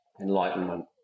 enlightenment